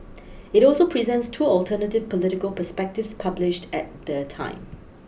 it also presents two alternative political perspectives published at the time